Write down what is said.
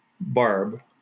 barb